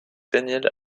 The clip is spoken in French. daniel